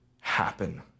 happen